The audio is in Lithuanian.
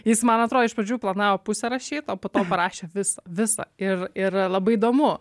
jis man atrodo iš pradžių planavo pusę rašyt o po to parašė visą visą ir ir labai įdomu